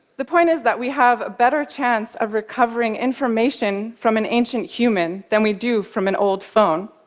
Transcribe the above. the point is that we have a better chance of recovering information from an ancient human than we do from an old phone.